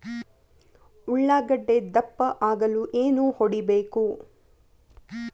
ಉಳ್ಳಾಗಡ್ಡೆ ದಪ್ಪ ಆಗಲು ಏನು ಹೊಡಿಬೇಕು?